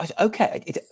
okay